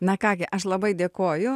na ką gi aš labai dėkoju